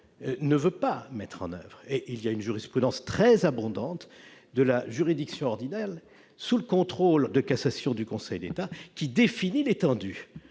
ne veut pas mettre en oeuvre. Il y a une jurisprudence très abondante de la juridiction ordinale sous le contrôle en cassation du Conseil d'État qui définit l'étendue